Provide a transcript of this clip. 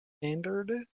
standard